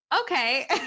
okay